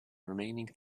remaining